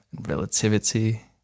Relativity